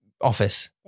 office